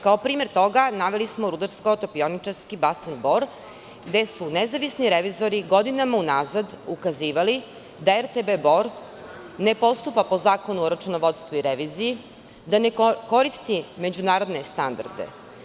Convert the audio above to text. Kao primer toga, naveli smo RTB Bor, gde su nezavisni revizori godinama unazad ukazivali da RTB Bor ne postupa po Zakonu o računovodstvu i reviziji, da ne koristi međunarodne standarde.